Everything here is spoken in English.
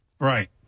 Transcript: Right